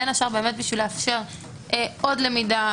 בין השאר כדי לאפשר עוד למידה,